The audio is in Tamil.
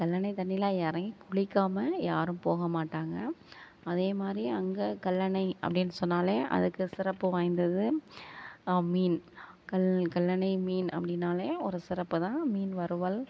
கல்லணை தண்ணியில் இறங்கி குளிக்காமல் யாரும் போகமாட்டாங்க அதேமாதிரியே அங்கே கல்லணை அப்படின் சொன்னாலே அதுக்கு சிறப்பு வாய்ந்தது மீன் கல்லணை கல்லணை மீன் அப்படினாலே ஒரு சிறப்பு தான் மீன் வருவல்